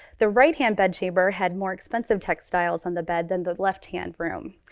the right hand bed chamber had more expensive textiles on the bed than the left-hand room.